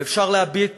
ואפשר להביט